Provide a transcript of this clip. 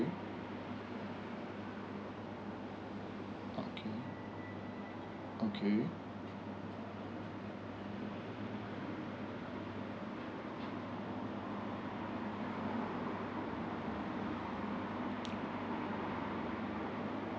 okay okay